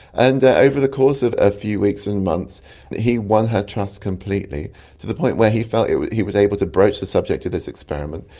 and over the course of a few weeks and months he won her trust completely to the point where he felt he was able to broach the subject of this experiment.